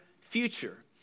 future